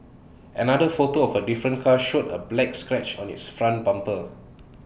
another photo of A different car showed A black scratch on its front bumper